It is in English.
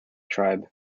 tribe